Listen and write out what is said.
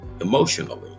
emotionally